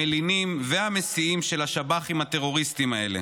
המלינים והמסיעים של השב"חים הטרוריסטים האלה.